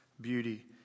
beauty